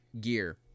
gear